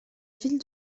ville